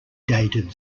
dated